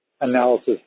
analysis